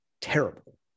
terrible